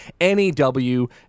NEW